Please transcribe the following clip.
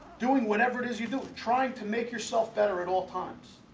doing whatever it is you do trying to make yourself better at all times,